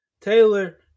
Taylor